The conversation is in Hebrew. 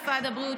משרד הבריאות,